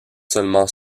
seulement